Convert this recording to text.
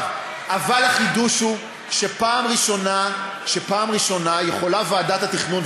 אבל החידוש הוא שפעם ראשונה יכולה ועדת התכנון,